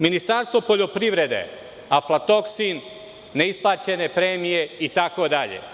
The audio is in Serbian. Ministarstvo poljoprivrede, aflatoksin, neisplaćene premije, itd.